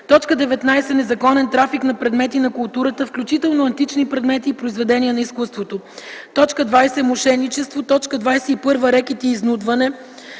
19. незаконен трафик на предмети на културата, включително антични предмети и произведения на изкуството; 20. мошеничество; 21. рекет и изнудване;